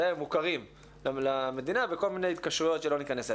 הם מוכרים למדינה בכל מיני התקשרויות שלא ניכנס אליהן.